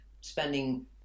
spending